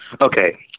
Okay